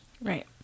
Right